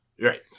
Right